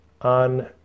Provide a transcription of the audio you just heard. on